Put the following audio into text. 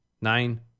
Nine